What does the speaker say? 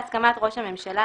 בהסכמת ראש הממשלה,